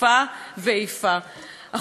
החוק הזה פוגע פגיעה גסה,